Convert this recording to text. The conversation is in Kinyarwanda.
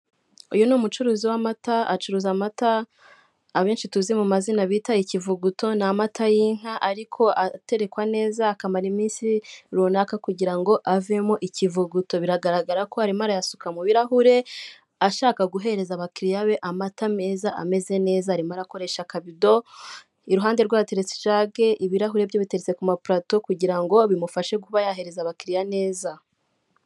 Uyu ni umucuruzi w'amata acuruza amata abenshi tuzi mu mazina bita ikivuguto, ni amata y'inka ariko aterekwa neza akamara iminsi runaka kugira ngo avemo ikivuguto, biragaragara ko arimo arayasuka mu birarahure, ashaka guhereza abakiliya be amata meza ameze neza, arimo akoresha akabido, iruhande rwe hateretse ijage, ibirahuri byo biteretse ku ma purato kugira ngo bimufashe kuba yahereza abakiliya neza.